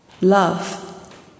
love